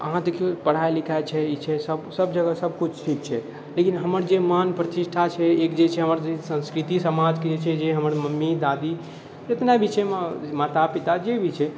अहाँ देखिऔ पढ़ाइ लिखाइ ई छै सब जगह सबकिछु ठीक छै लेकिन हमर जे मान प्रतिष्ठा छै एक जे छै हमर संस्कृति समाजके जे छै जे हमर मम्मी दादी जतना भी छै माता पिता जे भी छै